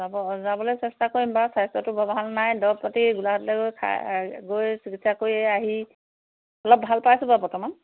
অঁ যাব যাবলৈ চেষ্টা কৰিম বাৰু স্বাস্থ্যটো বৰ ভাল নাই দৰৱ পাতি গোলাঘাটলৈ গৈ খাই গৈ চিকিৎসা কৰি আহি অলপ ভাল পাইছোঁ বাৰু বৰ্তমান